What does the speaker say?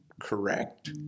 correct